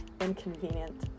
inconvenient